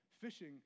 fishing